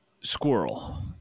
squirrel